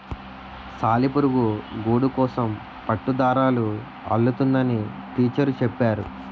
సాలిపురుగు గూడుకోసం పట్టుదారాలు అల్లుతుందని టీచరు చెప్పేరు